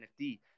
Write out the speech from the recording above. NFT